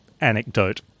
anecdote